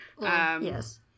Yes